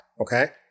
okay